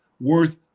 worth